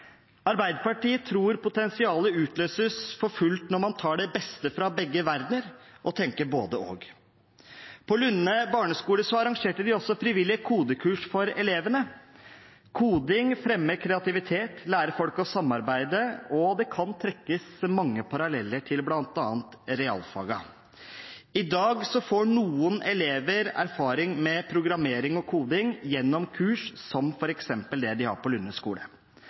Arbeiderpartiet tror potensialet utløses for fullt når man tar det beste fra begge verdener og tenker både–og. På Lunde barneskole arrangerte de også frivillige kodekurs for elevene. Koding fremmer kreativitet, lærer folk å samarbeide, og det kan trekkes mange paralleller til bl.a. realfagene. I dag får noen elever erfaring med programmering og koding gjennom kurs som f.eks. det de har på